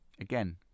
Again